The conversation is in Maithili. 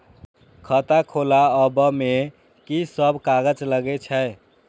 खाता खोलाअब में की सब कागज लगे छै?